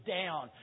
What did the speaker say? down